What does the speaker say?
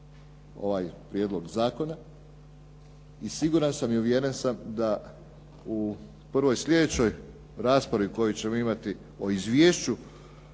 ovaj prijedlog zakona i siguran sam i uvjeren sam da u prvoj sljedećoj raspravi koju ćemo imati o Izvješću